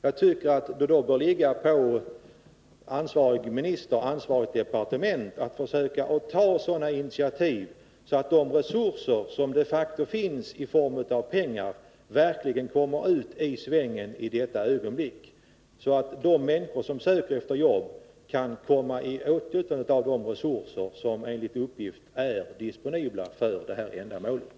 Jag tycker att det bör ligga på ansvarig minister och ansvarigt departement att försöka ta sådana initiativ att de resurser som de facto finns i form av pengar verkligen kommer ut i svängen i detta ögonblick, så att de människor som söker efter jobb kan komma i åtnjutande av de resurser som enligt uppgift är disponibla för det här ändamålet.